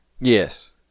Yes